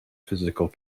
physical